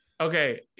Okay